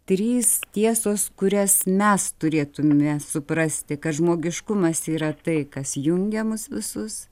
trys tiesos kurias mes turėtume suprasti kad žmogiškumas yra tai kas jungia mus visus